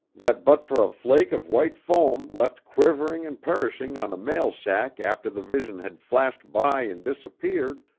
that but for a flake of white foam left quivering and perishing on a mail sack after the vision had flashed by and disappeared,